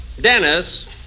Dennis